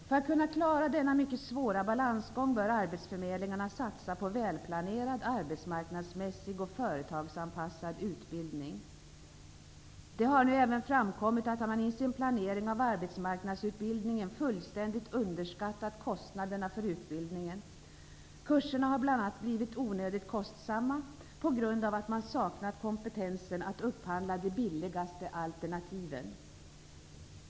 För att kunna klara denna mycket svåra balansgång bör arbetsförmedlingarna satsa på välplanerad arbetsmarknadsmässig och företagsanpassad utbildning. Det har nu även framkommit att man i sin planering av arbetsmarknadsutbildningen fullständigt underskattat kostnaderna för utbildningen. Kurserna har bl.a. blivit onödigt kostsamma på grund av att man saknat kompetensen att upphandla de billigaste alternativen.